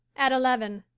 at eleven.